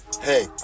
Hey